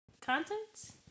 contents